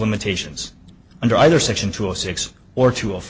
limitations under either section two of six or two of